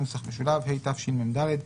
התשמ"ד 1984,